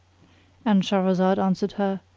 and shahrazad answered her,